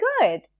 good